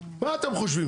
מה אתם חושבים?